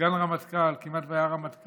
סגן הרמטכ"ל, כמעט והיה רמטכ"ל,